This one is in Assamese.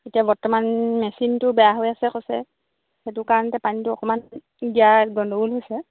এতিয়া বৰ্তমান মেচিনটো বেয়া হৈ আছে কৈছে সেইটো কাৰণতে পানীটো অকণমান দিয়া গণ্ডগোল হৈছে